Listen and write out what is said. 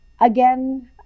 again